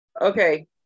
okay